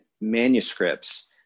manuscripts